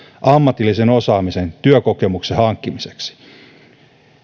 ammatillisen osaamisen työkokemuksen hankkimiseksi